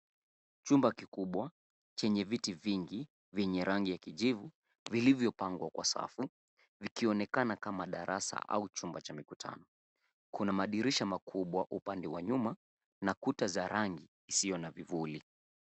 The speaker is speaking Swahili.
Chumba kikubwa chenye viti vingi vyenye rangi ya kijivu vilivyopangwa kwa safu vikionekana kama darasa au chumba cha mikutano. Kuna madirisha makubwa upande wa nyuma na kuta za rangi isiyo na vivuli.